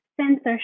censorship